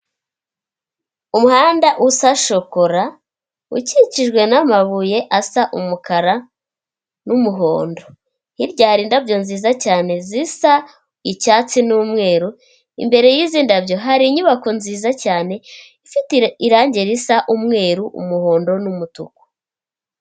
Umuhanda usa shokora, ukikijwe n'amabuye asa umukara n'umuhondo, hirya hari indabyo nziza cyane zisa icyatsi n'umweru, imbere y'izi ndabyo hari inyubako nziza cyane ifite irangi risa umweru, umuhondo n'umutuku.